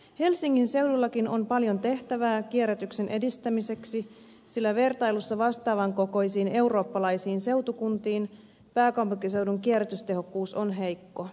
helsingin seudullakin on paljon tehtävää kierrätyksen edistämiseksi sillä vertailussa vastaavan kokoisiin eurooppalaisiin seutukuntiin pääkaupunkiseudun kierrätystehokkuus on heikko